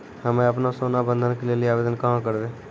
हम्मे आपनौ सोना बंधन के लेली आवेदन कहाँ करवै?